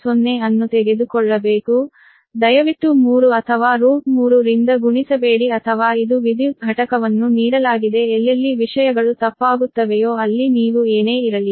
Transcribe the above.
10 ಅನ್ನು ತೆಗೆದುಕೊಳ್ಳಬೇಕು ದಯವಿಟ್ಟು 3 or ರಿಂದ ಗುಣಿಸಬೇಡಿ ಅಥವಾ ಇದು ವಿದ್ಯುತ್ ಘಟಕವನ್ನು ನೀಡಲಾಗಿದೆ ಎಲ್ಲೆಲ್ಲಿ ವಿಷಯಗಳು ತಪ್ಪಾಗುತ್ತವೆಯೋ ಅಲ್ಲಿ ನೀವು ಏನೇ ಇರಲಿ